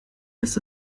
ist